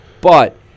But-